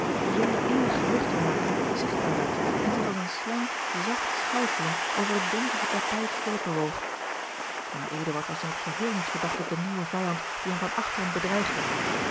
zonder eenig gerucht te maken zigtbaar werd en zich als eene slang zacht schuifelend over het donzige tapijt voortbewoog maar eduard was in het geheel niet verdacht op den nieuwen vijand die hem van achteren bedreigde